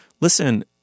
listen –